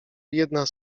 jedna